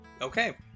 okay